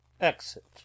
Exit